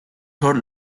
third